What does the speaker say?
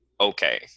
okay